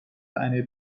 eine